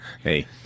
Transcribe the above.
Hey